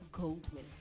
Goldman